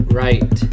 right